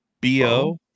BO